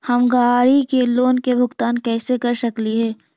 हम गाड़ी के लोन के भुगतान कैसे कर सकली हे?